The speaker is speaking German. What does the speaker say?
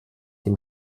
dem